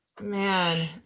Man